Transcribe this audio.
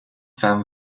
van